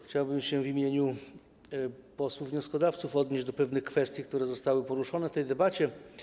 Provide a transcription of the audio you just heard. Chciałbym w imieniu posłów wnioskodawców odnieść się do pewnych kwestii, które zostały poruszone w tej debacie.